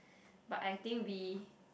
but I think we